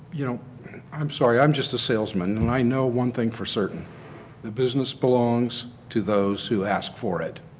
you know i am sorry, i am just a salesman. and i know one thing for certain the business belongs to those who asks for it.